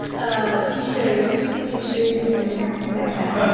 ah t-shirts, tissues or something like yeah like that.